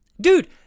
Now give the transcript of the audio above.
Dude